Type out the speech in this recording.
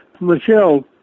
Michelle